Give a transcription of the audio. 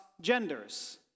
Genders